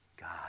God